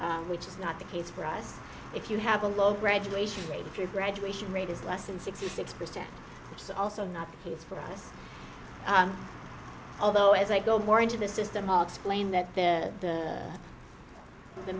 which is not the case for us if you have a low graduation rate if your graduation rate is less than sixty six percent which is also not the case for us although as i go more into the system all explain that the the